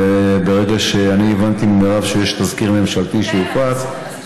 ברגע שאני הבנתי ממירב שיש תזכיר ממשלתי שהופץ,